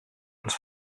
els